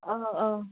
औ औ